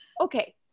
Okay